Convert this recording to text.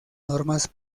normas